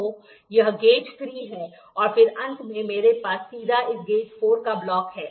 तो यह गेज ३ है और फिर अंत में मेरे पास सीधा इस गेज 4 का ब्लॉक है